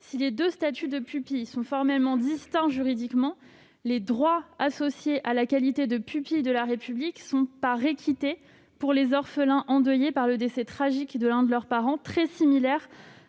Si les deux statuts de pupilles sont formellement distincts juridiquement, les droits associés à la qualité de pupille de la République sont, par équité pour les orphelins endeuillés par le décès tragique de l'un de leurs parents, très similaires